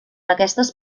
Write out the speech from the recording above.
aquestes